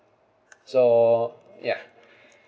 so ya